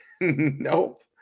Nope